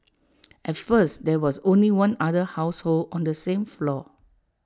at first there was only one other household on the same floor